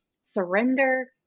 surrender